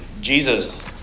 Jesus